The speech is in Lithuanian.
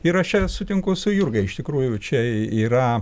ir aš čia sutinku su jurga iš tikrųjų čia yra